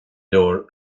leor